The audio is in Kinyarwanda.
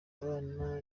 abana